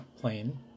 Plain